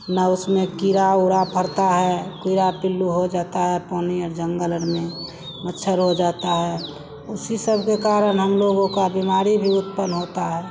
ना उसमें कीड़ा उड़ा फड़ता है कीड़ा पिल्लू हो जाता है पानी में जंगल और में मच्छर हो जाता है उसी सबके कारण हमलोगों को बीमारी भी उत्पन्न होती है